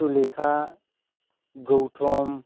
Sulekha Gautam